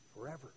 forever